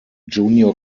junior